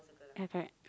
left right